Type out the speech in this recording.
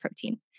protein